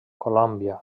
colòmbia